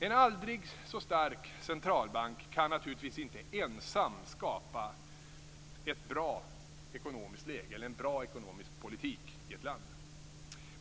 En aldrig så stark centralbank kan naturligtvis inte ensam skapa en bra ekonomisk politik i ett land.